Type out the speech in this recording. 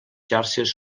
xarxes